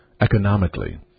economically